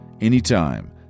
anytime